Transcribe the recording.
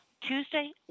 Tuesday